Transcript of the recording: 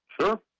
Sure